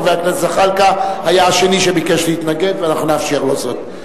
חבר הכנסת זחאלקה היה השני שביקש להתנגד ואנחנו נאפשר לו זאת.